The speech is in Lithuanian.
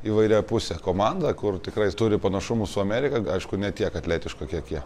įvairiapusė komanda kur tikrai turi panašumų su amerika aišku ne tiek atletiška kiek jie